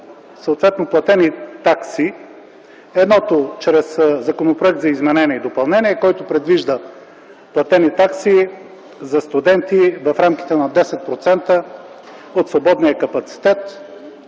съответно платени такси: едното – чрез законопроект за изменение и допълнение, който предвижда платени такси за студенти в рамките на 10% от свободния капацитет